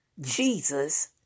Jesus